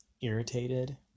irritated